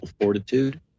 fortitude